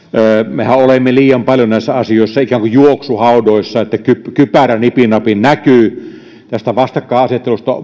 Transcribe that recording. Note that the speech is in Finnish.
mehän olemme liian paljon näissä asioissa ikään kuin juoksuhaudoissa niin että kypärä nipin napin näkyy tästä vastakkainasettelusta